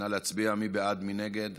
נא להצביע, מי בעד ומי נגד?